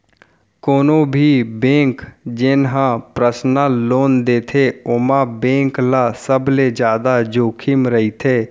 कोनो भी बेंक जेन ह परसनल लोन देथे ओमा बेंक ल सबले जादा जोखिम रहिथे